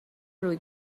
روی